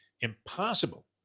impossible